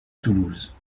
toulouse